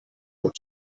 und